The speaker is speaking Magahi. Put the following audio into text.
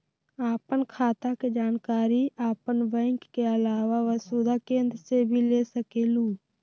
आपन खाता के जानकारी आपन बैंक के आलावा वसुधा केन्द्र से भी ले सकेलु?